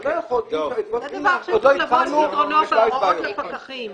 זה דבר שצריך לבוא על פתרונו בהוראות לפקחים.